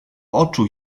oczu